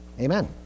Amen